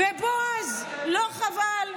בועז, לא חבל?